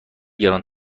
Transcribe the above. گران